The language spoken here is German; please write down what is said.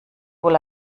wohl